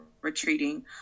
retreating